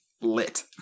lit